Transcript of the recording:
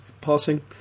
passing